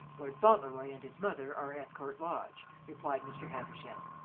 lord fauntleroy and his mother are at court lodge, replied mr. havisham.